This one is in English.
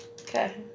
Okay